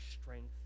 strength